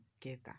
together